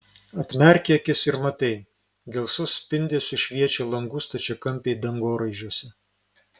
atmerki akis ir matai gelsvu spindesiu šviečia langų stačiakampiai dangoraižiuose